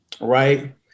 right